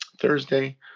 Thursday